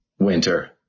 Winter